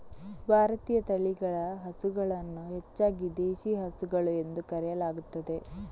ಭಾರತೀಯ ತಳಿಗಳ ಹಸುಗಳನ್ನು ಹೆಚ್ಚಾಗಿ ದೇಶಿ ಹಸುಗಳು ಎಂದು ಕರೆಯಲಾಗುತ್ತದೆ